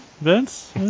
Vince